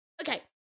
Okay